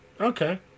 Okay